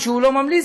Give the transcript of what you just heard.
לא מעלים,